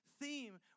theme